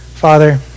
father